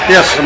Yes